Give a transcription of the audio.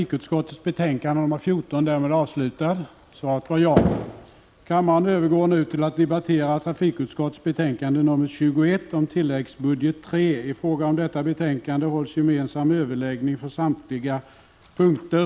Kammaren övergår nu till att debattera trafikutskottets betänkande 21 om tilläggsbudget III. I fråga om detta betänkande hålls gemensam överläggning för samtliga punkter.